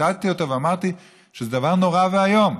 ציטטתי אותו ואמרתי שזה דבר נורא ואיום.